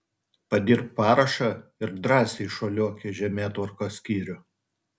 padirbk parašą ir drąsiai šuoliuok į žemėtvarkos skyrių